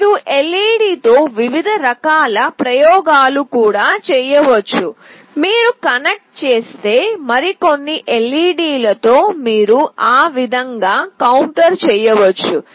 మీరు LED తో వివిధ రకాల ప్రయోగాలు కూడా చేయవచ్చు మీరు కనెక్ట్ చేస్తే మరికొన్ని LED లతో మీరు ఆ విధంగా కౌంటర్ చేయవచ్చు